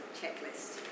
checklist